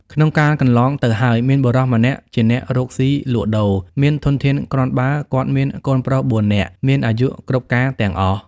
ក្នុងកាលកន្លងទៅហើយ មានបុរសម្នាក់ជាអ្នករកស៊ីលក់ដូរ មានធនធានគ្រាន់ បើ គាត់មានកូនប្រុស៤នាក់មានអាយុគ្រប់ការទាំងអស់ ។